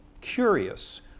curious